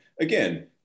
again